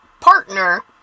partner